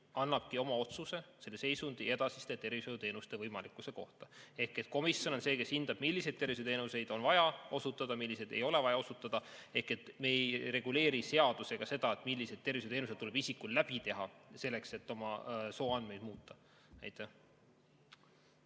annabki oma otsuse selle seisundi puhul edasiste tervishoiuteenuste võimalikkuse kohta. Komisjon on see, kes hindab, milliseid tervishoiuteenuseid on vaja osutada ja milliseid ei ole vaja osutada. Me ei reguleeri seadusega seda, millised tervishoiuteenused tuleb isikul läbi teha selleks, et ta saaks oma sooandmeid muuta.